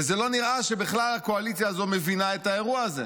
וזה לא נראה שהקואליציה הזו בכלל מבינה את האירוע הזה.